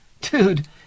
Dude